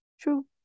True